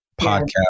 podcast